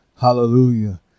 Hallelujah